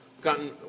gotten